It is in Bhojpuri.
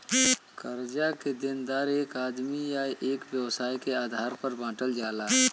कर्जा के देनदार आदमी या एक व्यवसाय के आधार पर बांटल जाला